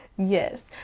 Yes